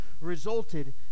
resulted